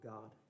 God